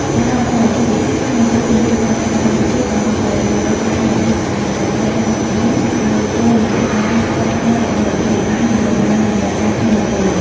សរុបមក វិស័យថាមពលពន្លឺព្រះអាទិត្យនៅកម្ពុជាកំពុងតែ រីកដុះដាលយ៉ាងឆាប់រហ័ស ដែលត្រូវបានជំរុញដោយគោលនយោបាយគាំទ្ររបស់រដ្ឋាភិបាល និងកំណើនតម្រូវការថាមពល។